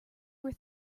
were